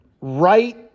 Right